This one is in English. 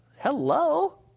Hello